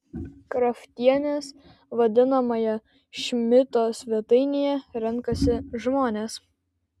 kraftienės vadinamoje šmito svetainėje renkasi žmonės